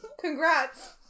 Congrats